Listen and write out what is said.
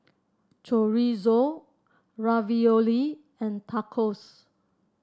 Chorizo Ravioli and Tacos